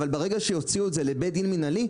אבל ברגע שיוציאו את זה לבית דין מנהלי,